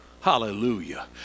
Hallelujah